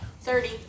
Thirty